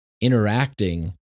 interacting